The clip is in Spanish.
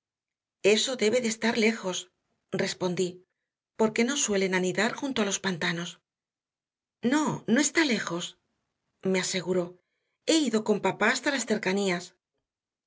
eso debe de estar lejos respondí porque no suelen anidar junto a los pantanos no no está lejos me aseguró he ido con papá hasta las cercanías